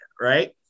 right